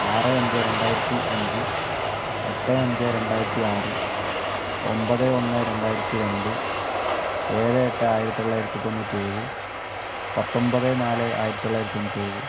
ആറ് അഞ്ച് രണ്ടായിരത്തി അഞ്ച് എട്ട് അഞ്ച് രണ്ടായിരത്തി ആറ് ഒൻപത് ഒന്ന് രണ്ടായിരത്തി രണ്ട് ഏഴ് എട്ട് ആയിരത്തി തൊള്ളായിരത്തിത്തൊണ്ണൂറ്റി ഏഴ് പത്തൊമ്പത് നാല് ആയിരത്തിത്തൊള്ളായിരത്തി തൊണ്ണൂറ്റി ഏഴ്